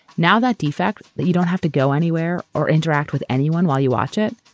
now that defect that you don't have to go anywhere or interact with anyone while you watch it.